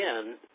again